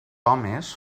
homes